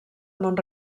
mont